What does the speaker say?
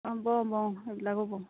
অঁ বওঁ বওঁ সেইবিলাকো বওঁ